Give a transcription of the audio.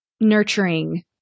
nurturing